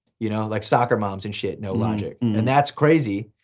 you know, like soccer moms and shit know logic. and that's crazy,